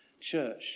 church